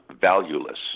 valueless